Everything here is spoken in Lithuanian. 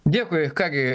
dėkui ką gi